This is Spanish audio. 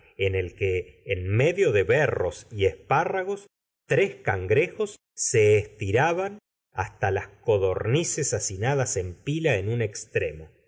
en el que en medio de berros y espárragos tres cangregos se estiraban hasta las codornices hacinadas en pila en un extremo